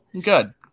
Good